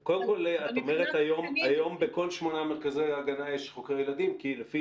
את אומרת שהיום בכל שמונת מרכזי ההגנה יש חוקרים ילדים אבל לפי